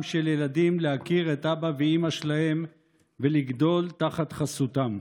של ילדים להכיר את אבא ואימא שלהם ולגדול תחת חסותם,